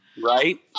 Right